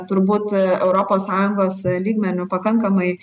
turbūt europos sąjungos lygmeniu pakankamai